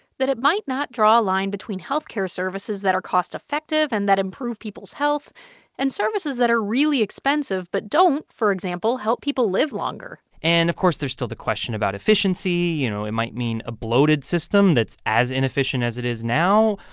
that it might not draw a line between health care services that are cost-effective and that improve people's health and services that are really expensive but don't, for example, help people live longer and, of course, there's still the question about efficiency. you know, it might mean a bloated system that's as inefficient as it is now,